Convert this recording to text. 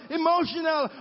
emotional